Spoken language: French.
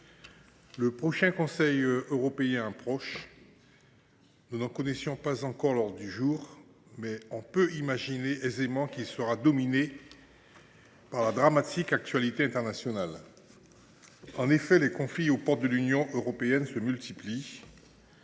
du prochain Conseil européen approche. Nous n’en connaissons pas encore l’ordre du jour, mais nous pouvons aisément imaginer qu’il serait dominé par la dramatique actualité internationale. En effet, les conflits aux portes de l’Union européenne se multiplient